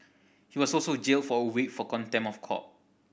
he was also jailed for a week for contempt of court